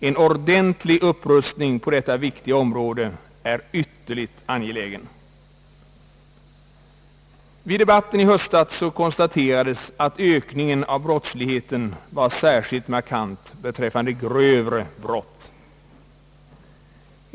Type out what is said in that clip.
En ordentlig upprustning på detta viktiga område är ytterligt angelägen. Vid debatten i höstas konstaterades att ökningen av brottsligheten var särskilt markant beträffande grövre brott.